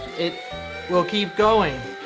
it will keep going.